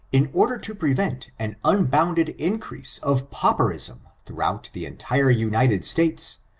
in order to prevent an unbounded increase of pauperism throughout the entire united states,